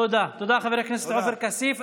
תודה, חבר הכנסת עופר כסיף.